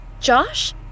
Josh